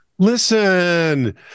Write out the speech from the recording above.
Listen